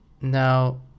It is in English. Now